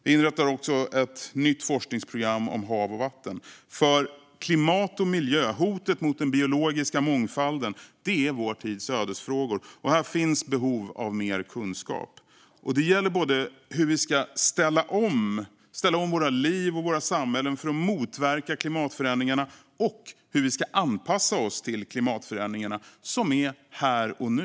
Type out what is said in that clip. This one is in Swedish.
Vi inrättar också ett nytt forskningsprogram om hav och vatten. För klimat och miljö, hotet mot den biologiska mångfalden, det är vår tids ödesfrågor. Här finns behov av mer kunskap. Det gäller både hur vi ska ställa om våra liv och våra samhällen för att motverka klimatförändringarna och hur vi ska anpassa oss till klimatförändringarna som är här och nu.